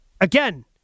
again